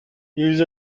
ils